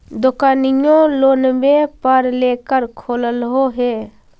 दोकनिओ लोनवे पर लेकर खोललहो हे?